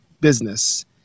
business